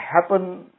happen